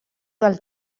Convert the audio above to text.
del